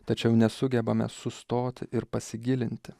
tačiau nesugebame sustoti ir pasigilinti